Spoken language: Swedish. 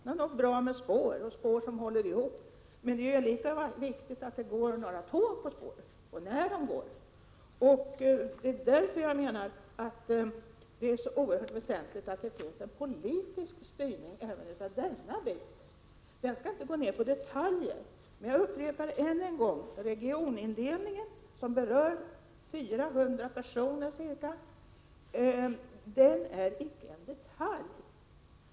Det är nog bra med spår, och spår som håller ihop, men det är lika viktigt att det går tåg på spåren och när de går. Därför är det oerhört väsentligt att det finns en politisk styrning även på detta område, men styrning som inte går in på detaljer. Jag vill upprepa att regionindelningen, som berör ca 400 personer, icke är en detalj.